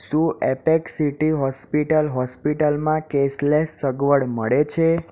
શું apex city hospital હોસ્પિટલમાં cashless સગવડ મળે છે